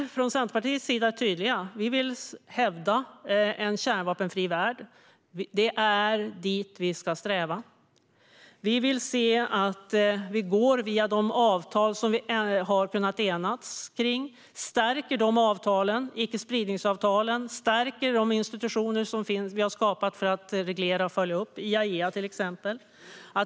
Från Centerpartiet är vi tydliga: Vi vill hävda en kärnvapenfri värld. Det är dit vi ska sträva, och vi vill gå via de avtal som vi har kunnat enas kring. Vi vill stärka dessa avtal och icke-spridningsavtal liksom vi vill stärka de institutioner som vi har skapat för att reglera och följa upp, till exempel IAEA.